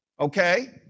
Okay